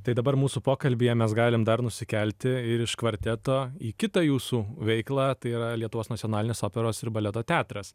tai dabar mūsų pokalbyje mes galim dar nusikelti ir iš kvarteto į kitą jūsų veiklą tai yra lietuvos nacionalinės operos ir baleto teatras